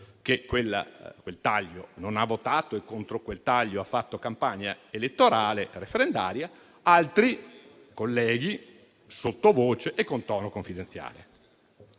che quel taglio non ha votato e che contro quel taglio ha fatto campagna elettorale referendaria - altri colleghi sottovoce e con tono confidenziale.